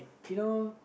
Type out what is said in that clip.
you know